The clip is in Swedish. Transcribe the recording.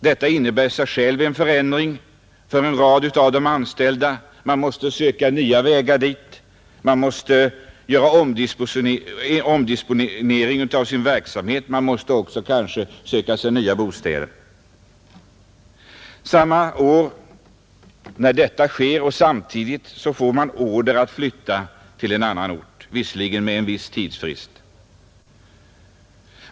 Detta innebär i sig själv en förändring för en rad av de anställda: man måste söka nya vägar dit, man måste omdisponera sin verksamhet, man måste kanske skaffa sig ny bostad. Samma år som detta sker får man order att flytta till en annan ort — låt vara med en viss tidsfrist.